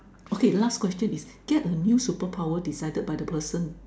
okay last question is get a new superpower decided by the person